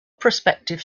prospective